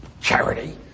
charity